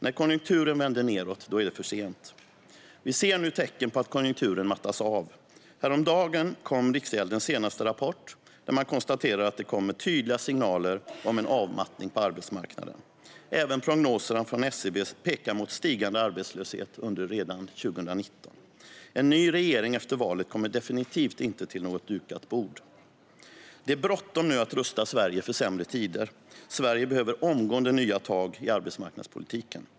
När konjunkturen vänder nedåt är det för sent. Vi ser nu tecken på att konjunkturen mattas av. Häromdagen kom Riksgäldens senaste rapport där man konstaterar att det kommer tydliga signaler om avmattning på arbetsmarknaden. Även prognoserna från SCB pekar på stigande arbetslöshet redan under 2019. En ny regering efter valet kommer definitivt inte till något dukat bord. Det är bråttom att rusta Sverige för sämre tider. Sverige behöver omgående nya tag i arbetsmarknadspolitiken.